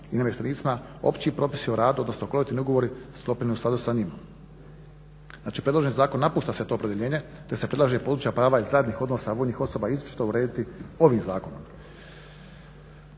i namještenicima, opći propisi o radu odnosno kolektivni ugovori sklopljeni u skladu s onim. Znači predloženim zakonom napušta se to produljenje te se predlaže buduća prava iz radnih odnosa vojnih osoba izričito urediti ovim zakonom.